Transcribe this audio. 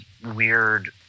weird